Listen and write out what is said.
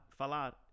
falar